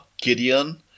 Gideon